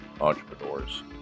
entrepreneurs